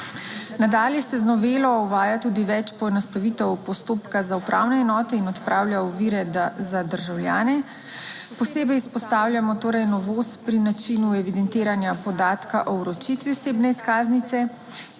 (nadaljevanje) več poenostavitev postopka za upravne enote in odpravlja ovire za državljane. Posebej izpostavljamo torej novost pri načinu evidentiranja podatka o vročitvi osebne izkaznice.